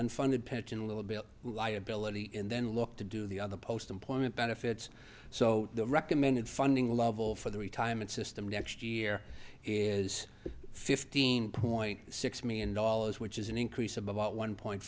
unfunded pension little bill liability and then look to do the other post employment benefits so the recommended funding level for the retirement system next year is fifteen point six million dollars which is an increase of about one point